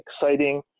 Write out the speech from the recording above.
exciting